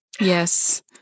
Yes